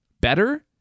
better